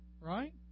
right